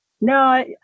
No